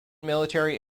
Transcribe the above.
military